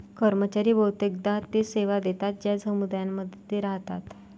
कर्मचारी बहुतेकदा ते सेवा देतात ज्या समुदायांमध्ये ते राहतात